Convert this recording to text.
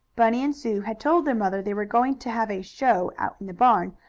bunny and sue had told their mother they were going to have a show out in the barn,